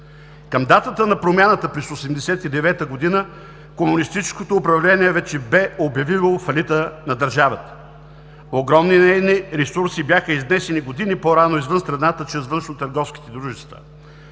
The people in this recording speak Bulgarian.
Към датата на промяната през 1989 г. комунистическото управление вече бе обявило фалита на държавата. Огромни нейни ресурси бяха изнесени години по-рано извън страната чрез външно-търговските дружества.